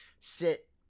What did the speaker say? Sit